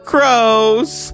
Crows